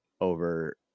over